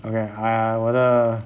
okay err 我的